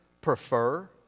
prefer